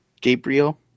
Gabriel